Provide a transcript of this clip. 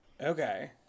Okay